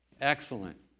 Excellent